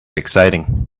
exciting